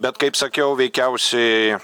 bet kaip sakiau veikiausiai